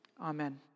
Amen